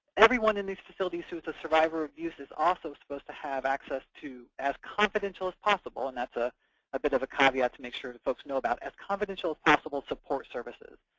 everyone in these facilities who's a survivor of abuse is also supposed to have access to as confidential as possible and that's ah a bit of a caveat to make sure that folks know about as confidential as possible support services.